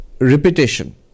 repetition